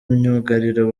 myugariro